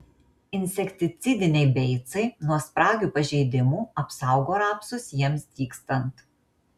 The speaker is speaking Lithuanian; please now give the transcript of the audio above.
insekticidiniai beicai nuo spragių pažeidimų apsaugo rapsus jiems dygstant